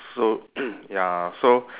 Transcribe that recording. so ya so